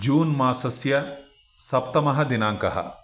जून् मासस्य सप्तमः दिनाङ्कः